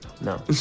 no